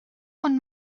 ond